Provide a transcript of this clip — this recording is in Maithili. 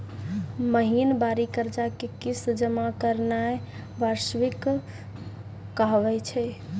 महिनबारी कर्जा के किस्त जमा करनाय वार्षिकी कहाबै छै